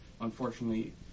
unfortunately